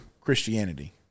Christianity